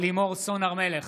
לימור סון הר מלך,